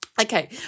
Okay